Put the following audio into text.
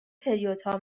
پریودها